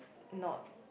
not